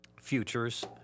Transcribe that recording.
futures